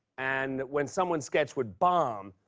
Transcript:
and when someone's sketch would bomb,